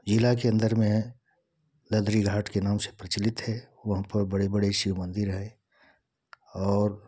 यीला के अंदर में हे लदरी घाट के नाम से प्रचलित है वहाँ पर बड़े बड़े शिव मंदिर हेे और